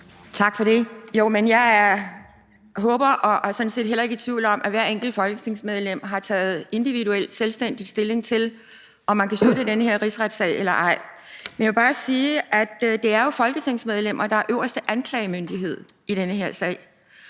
Tak for det. Jeg håber og er sådan set heller ikke i tvivl om, at hvert enkelt folketingsmedlem individuelt og selvstændigt har taget stilling til, om man kan støtte den her rigsretssag eller ej. Men jeg vil bare sige, at det jo er folketingsmedlemmer, der er den øverste anklagemyndighed i den her sag,